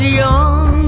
young